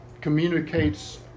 communicates